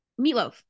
meatloaf